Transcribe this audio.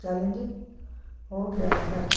challenge ਹੋ ਗਿਆ ਹੈ